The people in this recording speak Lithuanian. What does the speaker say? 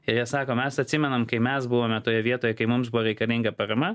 ir jie sako mes atsimenam kai mes buvome toje vietoje kai mums buvo reikalinga parama